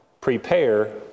prepare